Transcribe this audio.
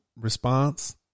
response